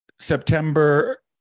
September